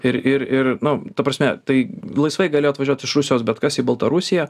ir ir ir nu ta prasme tai laisvai gali atvažiuot iš rusijos bet kas į baltarusiją